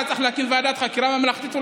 היה צריך להקים ועדת חקירה ממלכתית,